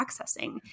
accessing